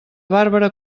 bàrbara